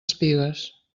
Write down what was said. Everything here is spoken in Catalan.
espigues